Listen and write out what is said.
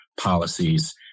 policies